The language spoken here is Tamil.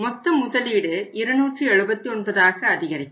மொத்த முதலீடு 279 ஆக அதிகரிக்கும்